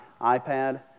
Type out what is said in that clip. iPad